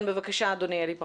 כן, בבקשה אדוני, אלי ברכה.